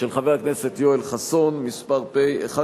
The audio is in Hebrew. של חבר הכנסת יואל חסון, פ/1892/18.